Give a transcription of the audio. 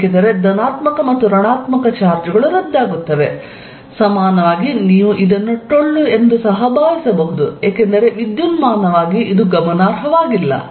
ಏಕೆಂದರೆ ಧನಾತ್ಮಕ ಮತ್ತು ಋಣಾತ್ಮಕ ಚಾರ್ಜ್ ಗಳು ರದ್ದಾಗುತ್ತವೆ ಸಮಾನವಾಗಿ ನೀವು ಇದನ್ನು ಟೊಳ್ಳು ಎಂದು ಸಹ ಭಾವಿಸಬಹುದು ಏಕೆಂದರೆ ವಿದ್ಯುನ್ಮಾನವಾಗಿ ಇದು ಗಮನಾರ್ಹವಾಗಿಲ್ಲ